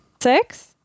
Six